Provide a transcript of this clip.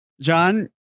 John